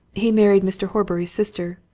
he married mr. horbury's sister.